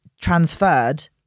transferred